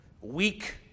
weak